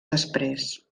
després